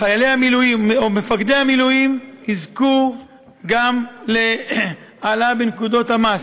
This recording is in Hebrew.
חיילי המילואים או מפקדי המילואים יזכו גם להעלאה בנקודות המס.